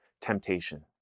temptation